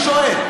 אני שואל.